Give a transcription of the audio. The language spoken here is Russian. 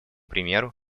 примеру